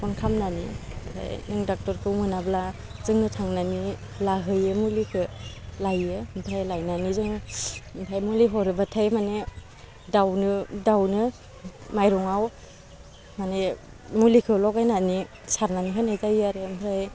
phone खालामनानै ओमफ्राय नों डाक्टरखौ मोनाब्ला जोंनो थांनानै लाहैयो मुलिखौ लायो ओमफ्राय लायनानै जों ओमफ्राय मुलि हरोबाथाय माने दाउनो दाउनो माइरङाव माने मुलिखौ लगायनानै सारनानै होनाय जायो आरो ओमफ्राय